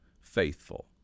faithful